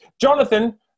Jonathan